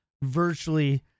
virtually